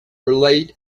relate